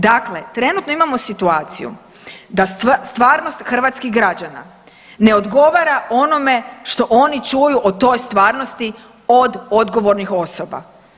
Dakle, trenutno imamo situaciju da stvarnost hrvatskih građana ne odgovara onome što oni čuju o toj stvarnosti od odgovornih osoba.